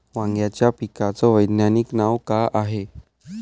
वांग्याच्या पिकाचं वैज्ञानिक नाव का हाये?